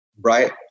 right